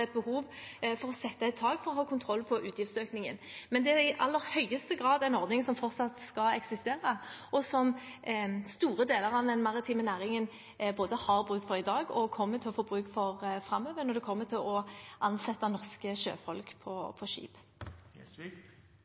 et behov for å sette et tak for å ha kontroll på utgiftsøkningen. Men det er i aller høyeste grad en ordning som fortsatt skal eksistere, og som store deler av den maritime næringen både har bruk for i dag og kommer til å få bruk for framover når det kommer til å ansette norske sjøfolk på skip.